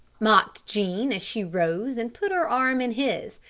mocked jean, as she rose and put her arm in his.